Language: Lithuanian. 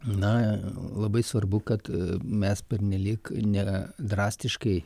na labai svarbu kad mes pernelyg ne drastiškai